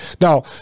now